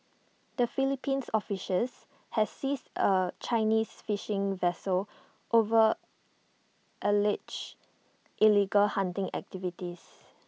the Philippines officials has seizes A Chinese fishing vessel over alleged illegal hunting activities